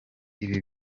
ibi